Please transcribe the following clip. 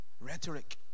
rhetoric